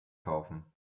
kaufen